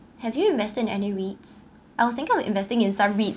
have you invested in any REITs I was thinking I will investing in some REIT